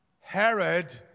Herod